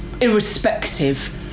irrespective